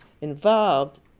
involved